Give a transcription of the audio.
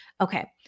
Okay